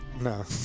No